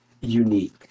unique